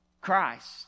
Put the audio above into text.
Christ